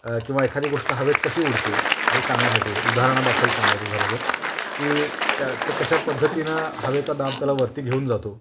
किंवा एखादी गोष्ट हवेत कशी उडते हे सांगण्यासाठी उदाहरणादाखल सांगायचं झालं तर की त्या ते कशा पद्धतीनं हवेचा दाब त्याला वरती घेऊन जातो